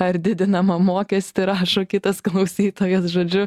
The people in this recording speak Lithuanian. ar didinamą mokestį rašo kitas klausytojas žodžiu